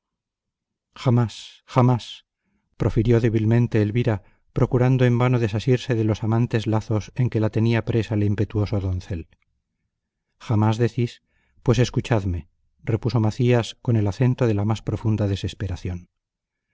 jamás jamás profirió débilmente elvira procurando en vano desasirse de los amantes lazos en que la tenía presa el impetuoso doncel jamás decís pues escuchadme repuso macías con el acento de la más profunda desesperación